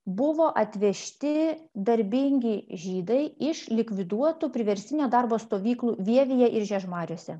buvo atvežti darbingi žydai iš likviduotų priverstinio darbo stovyklų vievyje ir žiežmariuose